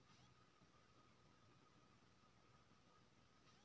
हमरा ऑनलाइन खाता खोले के लेल केना कोन पेपर चाही?